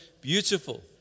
beautiful